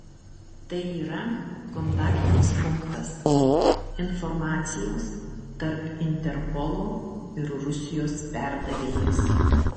tai yra kontaktinis punktas informacijos tarp interpolo ir rusijos perdavėjas